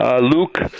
Luke